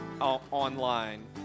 online